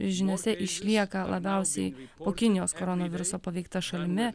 žiniose išlieka labiausiai po kinijos koronaviruso paveikta šalimi